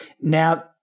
Now